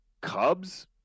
Cubs